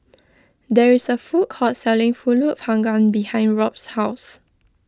there is a food court selling Pulut Panggang behind Robt's house